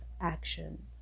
action